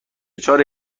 چاره